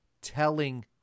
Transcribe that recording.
telling